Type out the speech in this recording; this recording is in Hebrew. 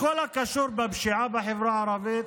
בכל הקשור לפשיעה בחברה הערבית,